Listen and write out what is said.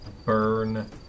burn